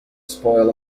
spoil